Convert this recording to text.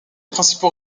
principaux